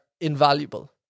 invaluable